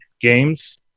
games